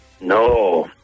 No